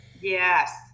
Yes